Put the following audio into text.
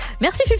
merci